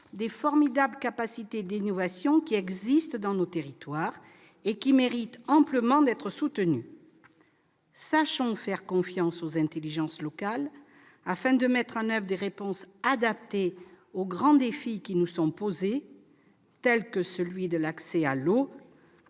des formidables capacités d'innovation qui existent dans nos territoires et qui méritent amplement d'être soutenues. Sachons faire confiance aux intelligences locales, afin de mettre en oeuvre des réponses adaptées aux grands défis qui nous sont posés, tel l'accès à l'eau